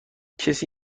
کسی